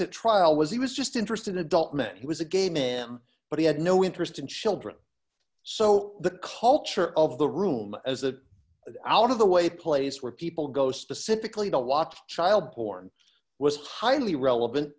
at trial was he was just interested adult men he was a game him but he had no interest in children so the culture of the room as that out of the way place where people go specifically to watch the child porn was highly relevant